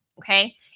okay